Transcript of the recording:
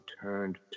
turned